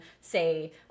say